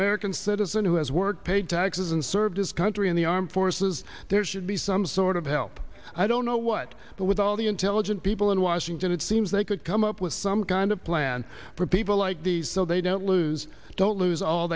american citizen who has worked paid taxes and served his country in the armed forces there should be some sort of help i don't know what but with all the intelligent people in washington it seems they could come up with some kind of plan for people like these so they don't lose don't lose all